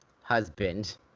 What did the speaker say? husband